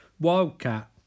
Wildcat